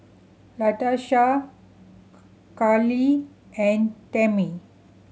Latasha Karlie and Tammy